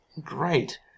great